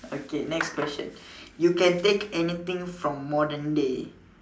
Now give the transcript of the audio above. okay next question you can take anything from modern day